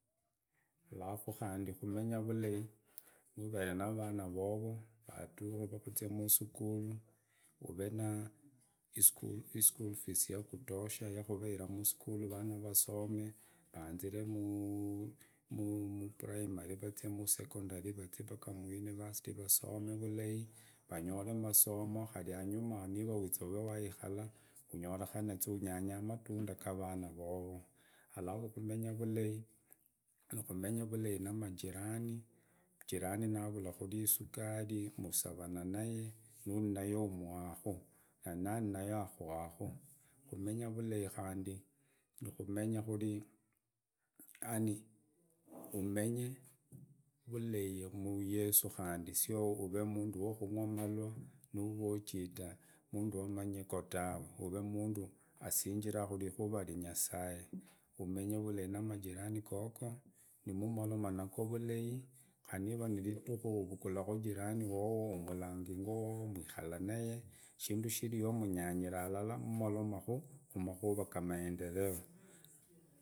Alafu kande komenya vurahi noveye navana vovo vaduki kuzia msukulu ove nisukuru fees yakutosha yokukasira musukuru avana vasome vanzie mu- muprimary vazia msecondary vazia mpaka muniversity vasome vurahi vanyore amasomo kari anyanya amatunda gavana vovo alafu komenya vulahi namajirani jirani kure navula isukari msavana naye vuva nayo umuhaku nava nayo akuhaku komenya vulahi kande nekomenya vulahi muyesu kande sio kande eve emundu wakorembana dave ove umundu usingira kurikuva vyanyasaye omenye vurahi na majirani gogo nimumoroma nago vulahi kari niva ogendelaku jirani wavo shindu.